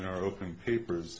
in our open papers